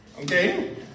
Okay